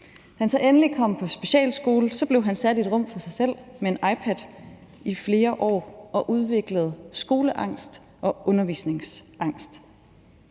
Da han så endelig kom på specialskole, blev han sat i et rum for sig selv med en iPad i flere år og udviklede skoleangst og undervisningsangst.